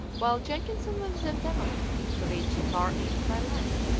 while jenkinson was endeavouring to reach the far east by land,